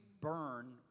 burn